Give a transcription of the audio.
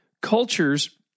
cultures